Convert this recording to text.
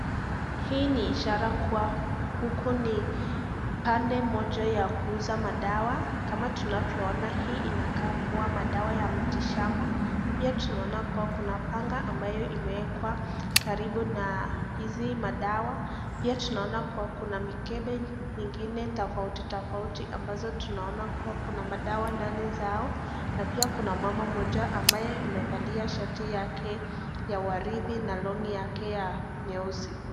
Hii ni ishara kuwa huku ni pande moja ya kuuza madawa. Kama tunavyoona hii inakakuwa madawa ya miti shamba. Pia tunaona kuwa kuna panga ambayo imewekwa karibu na hizi madawa. Pia tunaona kuwa kuna mikebe nyigine tofauti tofauti ambazo tunaona kuwa kuna madawa ndani zao, na pia kuna mama moja ambaye amevalia shati yake ya waridi na longi yake ya nyusi.